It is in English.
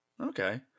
okay